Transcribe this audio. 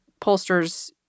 pollsters